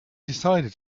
decided